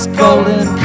golden